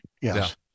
yes